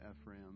Ephraim